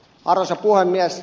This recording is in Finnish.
arvoisa puhemies